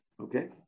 Okay